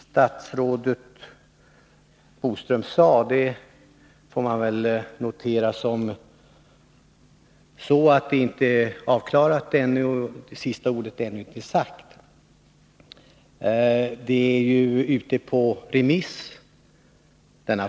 Statsrådet Boströms senaste inlägg får man väl tolka på det sättet att ärendet ännu inte är avklarat — att sista ordet ännu inte är sagt. Ärendet är ju ute på remiss.